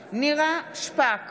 בעד נירה שפק,